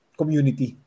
community